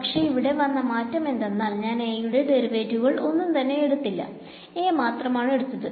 പക്ഷെ ഇവിടെ വന്ന മാറ്റാം എന്തെന്നാൽ ഞാൻ A യുടെ ഡെറിവേറ്റിവുകൾ ഒന്നും തന്നെ എടുത്തില്ല A മാത്രം ആണ് എടുത്തത്